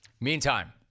Meantime